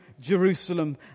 Jerusalem